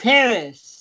Paris